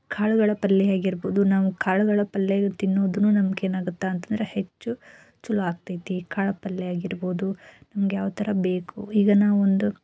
ಕಾಳುಗಳ ಪಲ್ಯ ಆಗಿರ್ಬೋದು ನಾವು ಕಾಳುಗಳ ಪಲ್ಯ ತಿನ್ನೋದು ನಮ್ಗೆ ಏನಾಗುತ್ತೆ ಅಂತಂದ್ರೆ ಹೆಚ್ಚು ಚಲೋ ಆಗ್ತೈತೆ ಕಾಳು ಪಲ್ಯಾಗಿರ್ಬೋದು ನಮಗೆ ಯಾವ ಥರ ಬೇಕು ಈಗ ನಾವೊಂದು